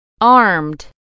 Armed